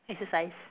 exercise